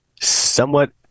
somewhat